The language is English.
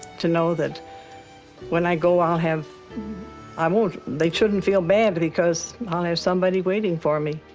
to know that when i go, i'll have i won't they shouldn't feel bad, because i'll have somebody waiting for me.